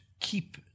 keep